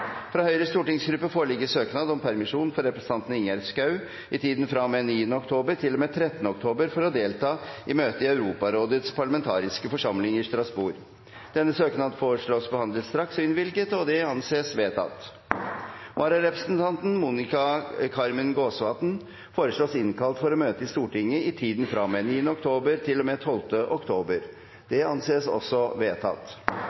Fra Høyres stortingsgruppe foreligger søknad om permisjon for representanten Ingjerd Schou i tiden fra og med 9. oktober til og med 13. oktober for å delta i møte i Europarådets parlamentariske forsamling i Strasbourg. Etter forslag fra presidenten ble enstemmig besluttet: Søknaden behandles straks og innvilges. Vararepresentanten Monica Carmen Gåsvatn innkalles for å møte i Stortinget i tiden fra og med 9. oktober til og med 12. oktober.